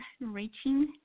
reaching